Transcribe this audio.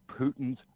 Putin's